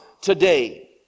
today